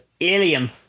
alien